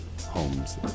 homes